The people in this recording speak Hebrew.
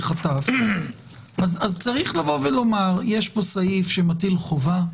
אז צריך לומר: יש פה סעיף שמטיל חובה,